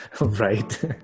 right